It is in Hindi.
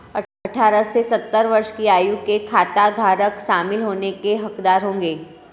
अठारह से सत्तर वर्ष की आयु के खाताधारक शामिल होने के हकदार होंगे